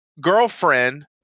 girlfriend